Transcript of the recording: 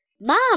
Mom